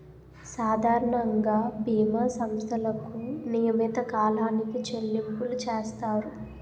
సాధారణంగా బీమా సంస్థలకు నియమిత కాలానికి చెల్లింపులు చేస్తారు